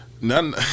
none